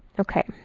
ok.